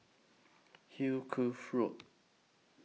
Hill Curve Road